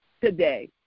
today